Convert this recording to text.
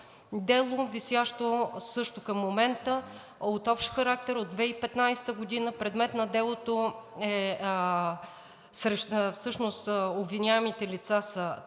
Дело, висящо също към момента, от общ характер от 2015 г., предмет на делото, всъщност обвиняемите лица са